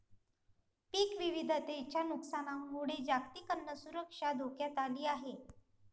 पीक विविधतेच्या नुकसानामुळे जागतिक अन्न सुरक्षा धोक्यात आली आहे